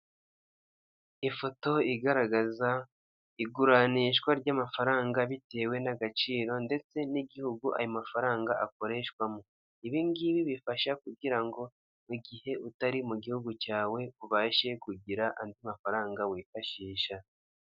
Mu karere ka Muhanga habereyemo irushanwa ry'amagare riba buri mwaka rikabera mu gihugu cy'u Rwanda, babahagaritse ku mpande kugira ngo hataba impanuka ndetse n'abari mu irushanwa babashe gusiganwa nta nkomyi.